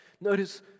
Notice